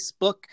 Facebook